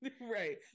right